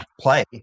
play